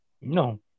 No